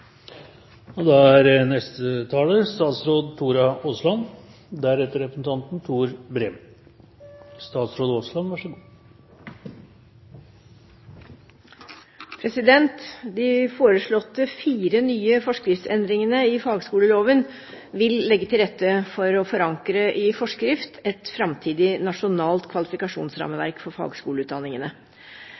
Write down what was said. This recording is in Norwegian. De foreslåtte fire nye forskriftsendringene i fagskoleloven vil legge til rette for å forankre i forskrift et framtidig nasjonalt kvalifikasjonsrammeverk for fagskoleutdanningene.